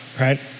right